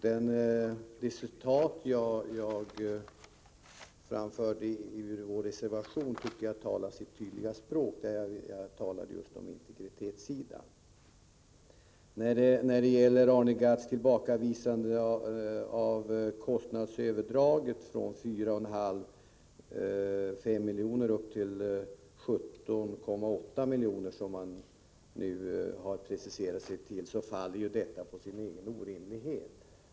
Det citat som jag anförde ur vår reservation och som gällde integritetsfrågan tycker jag talar sitt tydliga språk. Arne Gadds tillbakavisande av kritiken mot kostnadsökningen, från 3,5 — 4 miljoner till 17,8 miljoner, som kostnaden nu har preciserats till, faller på sin egen orimlighet.